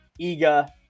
Iga